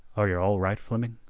are yeh all right, fleming?